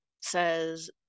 says